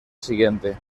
siguiente